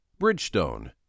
Bridgestone